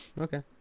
Okay